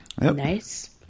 Nice